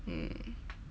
mm